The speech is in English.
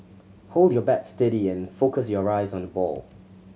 hold your bat steady and focus your eyes on the ball